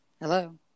hello